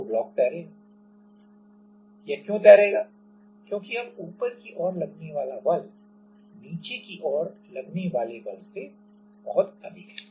तो ब्लॉक तैरेगा यह क्यों तैरेगा क्योंकि अब ऊपर की ओर लगने वाला बल नीचे की ओर लगने वाले बल से बहुत अधिक है